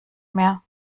mehr